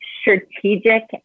strategic